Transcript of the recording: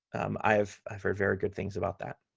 i have heard very good things about that.